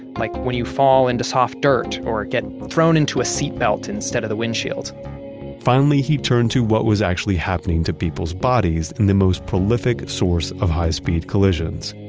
like when you fall into soft dirt or get thrown into a seatbelt instead of the windshield finally, he turned to what was actually happening to people's bodies in the most prolific source of high-speed collisions,